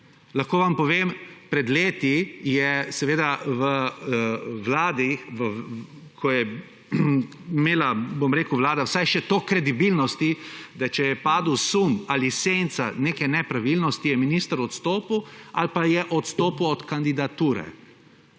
Lahko vam povem, pred leti je v Vladi, ko je imela Vlada vsak še toliko kredibilnosti, da če je padel sum ali senca neke nepravilnosti, je minister odstopil ali pa je odstopil od kandidature.